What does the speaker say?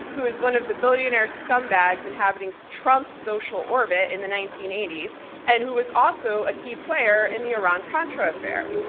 who was one of the billionaire scumbags inhabiting trump's social orbit in the nineteen eighty s and who was also a key player in the iran-contra affair.